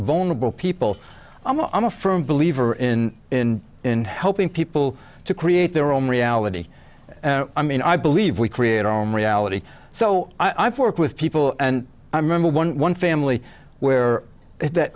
vulnerable people i'm a i'm a firm believer in in helping people to create their own reality i mean i believe we create our own reality so i've worked with people and i'm member one one family where if that